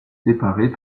séparés